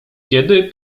kiedy